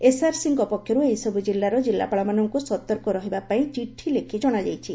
ଏସ୍ଆରସିଙ୍କ ପକ୍ଷରୁ ଏହିସଚୁ ଜିଲ୍ଲାର ଜିଲ୍ଲାପାଳମାନଙ୍କୁ ସତର୍କ ରହିବା ପାଇଁ ଚିଠି ଲେଖି ଜଣାଯାଇଛି